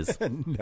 No